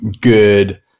good